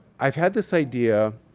i've had this idea